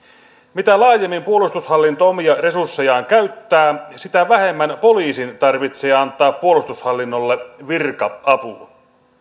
mitä laajemmin puolustushallinto omia resurssejaan käyttää sitä vähemmän poliisin tarvitsee antaa puolustushallinnolle virka apua